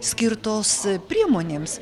skirtos priemonėms